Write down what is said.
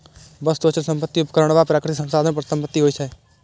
वस्तु, अचल संपत्ति, उपकरण आ प्राकृतिक संसाधन परिसंपत्ति होइ छै